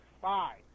five